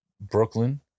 Brooklyn